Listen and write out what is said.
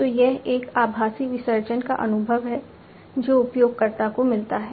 तो यह एक आभासी विसर्जन का अनुभव है जो उपयोगकर्ता को मिलता है